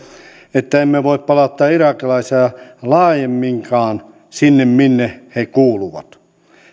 että emme voi palauttaa irakilaisia laajemminkaan sinne minne he kuuluvat